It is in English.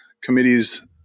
committees